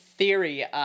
Theory